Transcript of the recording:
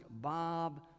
Bob